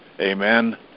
Amen